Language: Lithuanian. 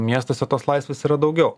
miestuose tos laisvės yra daugiau